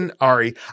Ari